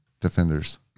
defenders